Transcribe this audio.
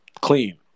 clean